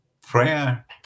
prayer